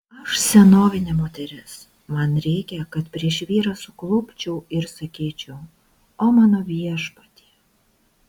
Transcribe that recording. aš senovinė moteris man reikia kad prieš vyrą suklupčiau ir sakyčiau o mano viešpatie